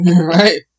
Right